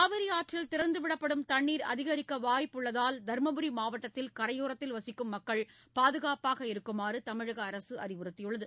காவிரி ஆற்றில் திறந்து விடப்படும் தண்ணீர் அதிகரிக்க வாய்ப்புள்ளதால் தருமபுரி மாவட்டத்தில் கரையோரம் வசிக்கும் மக்கள் பாதுகாப்பாக இருக்குமாறு தமிழக அரசு அறிவுறுத்தியுள்ளது